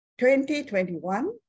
2021